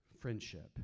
Friendship